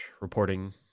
reporting